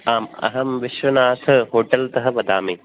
आम् अहं विश्वनाथ होटेल् तः वदामि